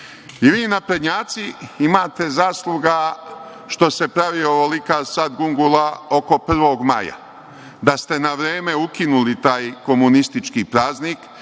i vi, naprednjaci imate zasluga što se pravi ovolika sad gungula oko 1. maja. Da ste na vreme ukinuli taj komunistički praznik,